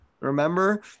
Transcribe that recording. Remember